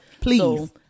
Please